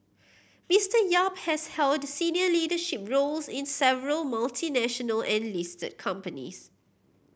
Mister Yap has held senior leadership roles in several multinational and listed companies